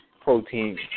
protein